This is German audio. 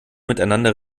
miteinander